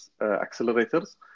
accelerators